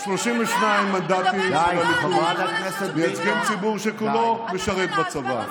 32 המנדטים של הליכוד מייצגים ציבור שכולו משרת בצבא.